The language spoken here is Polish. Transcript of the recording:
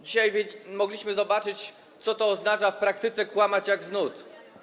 Dzisiaj mogliśmy zobaczyć, co to oznacza w praktyce: kłamać jak z nut.